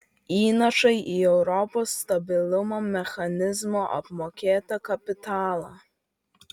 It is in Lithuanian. įnašai į europos stabilumo mechanizmo apmokėtą kapitalą